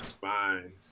Fine